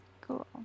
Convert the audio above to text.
Cool